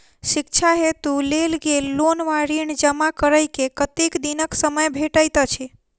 शिक्षा हेतु लेल गेल लोन वा ऋण जमा करै केँ कतेक दिनक समय भेटैत अछि?